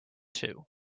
two